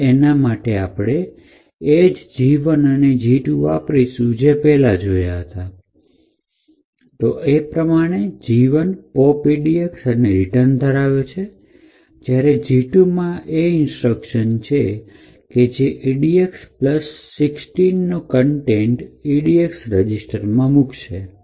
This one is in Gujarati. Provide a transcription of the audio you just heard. અને એના માટે આપણે એ જ G ૧ અને G ૨ વાપરીશું જે પહેલા જોયા હતા તે પ્રમાણે G ૧ pop edx અને રિટર્ન ધરાવે છે જ્યારે G ૨ માં એ ઇન્સ્ટ્રક્શન છે કે જે edx૧૬ નો કન્ટેન્ટ edx રજીસ્ટરમાં મુકશે